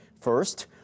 First